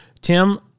tim